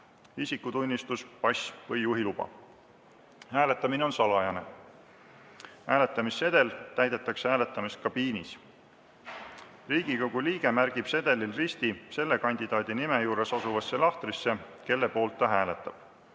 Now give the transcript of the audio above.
isikutunnistus, pass või juhiluba. Hääletamine on salajane. Hääletamissedel täidetakse hääletamiskabiinis. Riigikogu liige märgib sedelil risti selle kandidaadi nime juures asuvasse lahtrisse, kelle poolt ta hääletab.